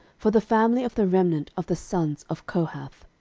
for the family of the remnant of the sons of kohath.